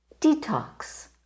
detox